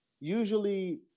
Usually